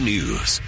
News